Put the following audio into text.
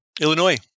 Illinois